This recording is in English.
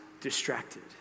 distracted